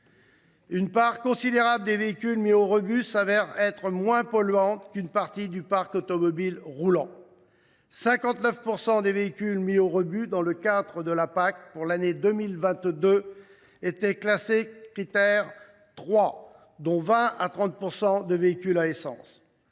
Une part considérable des véhicules mis au rebut se révèle moins polluante qu’une partie du parc automobile roulant. En effet, 59 % des véhicules mis au rebut dans le cadre de la prime à la conversion pour l’année 2022 étaient classés Crit’Air 3, dont 20 % à 30 % de véhicules à essence.